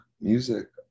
music